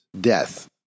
death